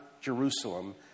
Jerusalem